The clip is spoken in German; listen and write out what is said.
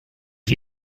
wie